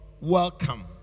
welcome